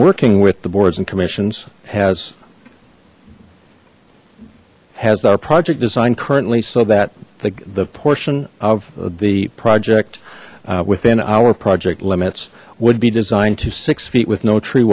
working with the boards and commissions has has their project designed currently so that the the portion of the project within our project limits would be designed to six feet with no tree